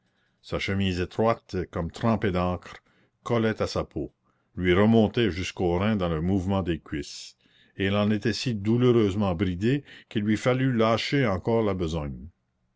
sa chemise étroite comme trempée d'encre collait à sa peau lui remontait jusqu'aux reins dans le mouvement des cuisses et elle en était si douloureusement bridée qu'il lui fallut lâcher encore la besogne